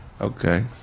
Okay